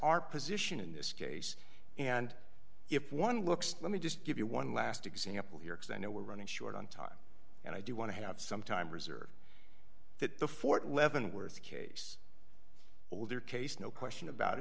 our position in this case and if one looks let me just give you one last example here because i know we're running short on time and i do want to have some time reserved that the fort leavenworth case older case no question about